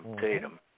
Tatum